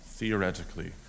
Theoretically